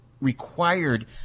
required